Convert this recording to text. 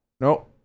no